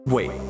Wait